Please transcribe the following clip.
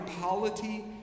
polity